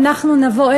אנחנו נבוא,